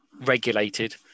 regulated